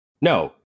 No